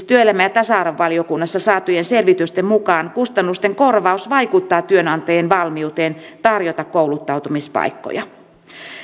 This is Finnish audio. työelämä ja tasa arvovaliokunnassa saatujen selvitysten mukaan kustannusten korvaus vaikuttaa työnantajien valmiuteen tarjota kouluttautumispaikkoja